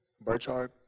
Burchard